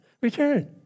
Return